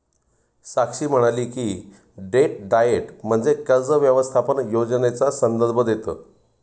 साक्षी म्हणाली की, debt diet म्हणजे कर्ज व्यवस्थापन योजनेचा संदर्भ देतं